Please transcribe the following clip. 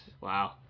wow